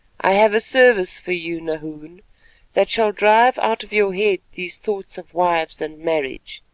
i have a service for you, nahoon, that shall drive out of your head these thoughts of wives and marriage.